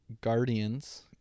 Guardians